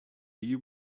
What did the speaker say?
you